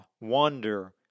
wonder